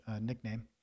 nickname